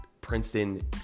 Princeton